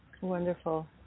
Wonderful